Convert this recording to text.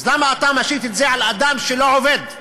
אז למה אתה משית את זה על אדם שלא עובד?